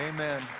Amen